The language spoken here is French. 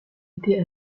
était